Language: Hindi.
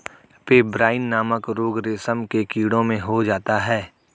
पेब्राइन नामक रोग रेशम के कीड़ों में हो जाता है